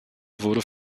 wurde